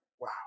wow